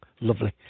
Lovely